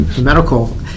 medical